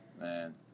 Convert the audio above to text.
man